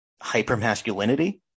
hyper-masculinity